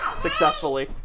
successfully